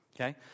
okay